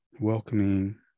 Welcoming